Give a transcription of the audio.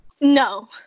no